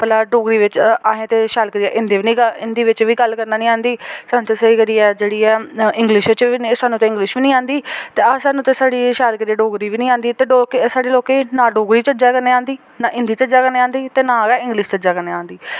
भला डोगरी बिच अहें ते शैल करियै हिंदी बी निं हिंदी बिच बी गल्ल करना निं आंदी सानूं ते स्हेई करियै जेह्ड़ी ऐ इंग्लिश बिच बी नेईं सानूं ते इंग्लिश बी निं आंदी ते सानूं ते साढ़ी शैल करियै डोगरी बी नी नेईं आंदी ते साढ़े लोकें गी ना डोगरी चज्जै कन्नै आंदी ना हिंदी चज्जै कन्नै आंदी ते ना गै इंग्लिश चज्जै कन्नै आंदी